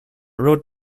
wrote